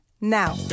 now